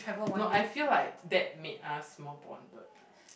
no I feel like that made us more bonded